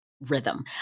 rhythm